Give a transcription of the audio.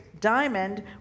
diamond